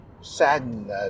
saddened